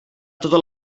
totes